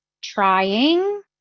trying